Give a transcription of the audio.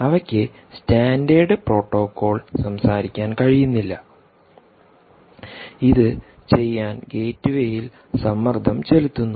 അവയ്ക്ക് standard protocol സംസാരിക്കാൻ കഴിയുന്നില്ല ഇത് ചെയ്യാൻ ഗേറ്റ്വേയിൽ സമ്മർദ്ദം ചെലുത്തുന്നു